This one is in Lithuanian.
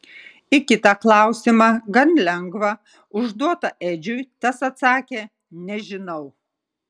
į kitą klausimą gan lengvą užduotą edžiui tas atsakė nežinau